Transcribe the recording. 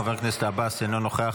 חבר הכנסת עבאס, אינו נוכח.